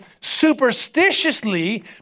superstitiously